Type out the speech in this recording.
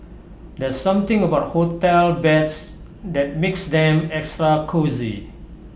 there's something about hotel beds that makes them extra cosy